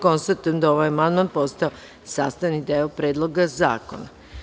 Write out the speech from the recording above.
Konstatujem da je ovaj amandman postao sastavni deo Predloga zakona.